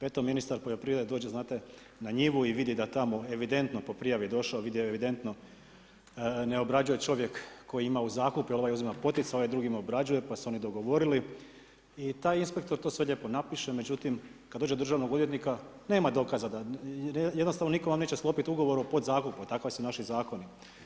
Eto dođe ministar poljoprivrede, dođe na njivu i vidi da tamo evidentno po prijavi došao, vidio evidentno, ne obrađuje čovjek koji ima u zakup jer ovaj uzima poticaj, ovaj drugi im obrađuje pa su se oni dogovorili i taj inspektor to sve lijepo napiše, međutim kad dođe do državnog odvjetnika nema dokaza da, jednostavno nitko vam neće sklopiti ugovor o podzakupu, takvi su naši zakoni.